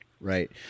Right